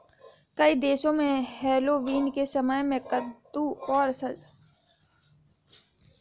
कई देशों में हैलोवीन के समय में कद्दू को सजावट के लिए इस्तेमाल करते हैं